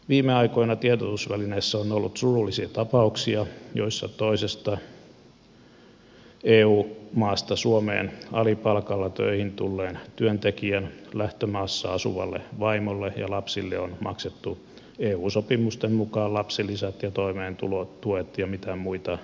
viime aikoina tiedotusvälineissä on ollut surullisia tapauksia joissa toisesta eu maasta suomeen alipalkalla töihin tulleen työntekijän lähtömaassa asuvalle vaimolle ja lapsille on maksettu eu sopimusten mukaan lapsilisät ja toimeentulotuet ja mitä muita niitä onkaan vieraaseen maahan